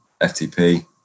FTP